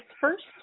first